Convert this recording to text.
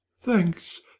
Thanks